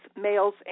males